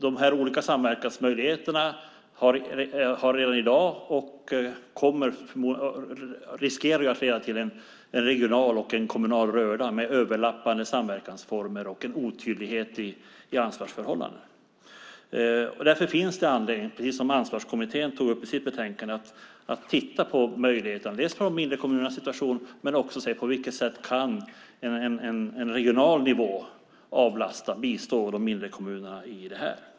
De olika samverkansmöjligheterna leder redan i dag till, och riskerar framöver att leda till, en regional och kommunal röra med överlappande samverkansformer och en otydlighet i ansvarsförhållanden. Därför finns det, precis som Ansvarskommittén tog upp i sitt betänkande, anledning att titta på möjligheterna. Det gäller dels de mindre kommunernas situation, dels på vilket sätt en regional nivå kan bistå de mindre kommunerna.